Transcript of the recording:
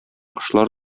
кошлар